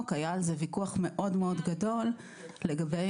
היה על זה ויכוח מאוד-מאוד גדול לגבי